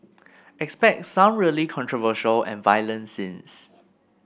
expect some really controversial and violent scenes